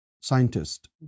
scientist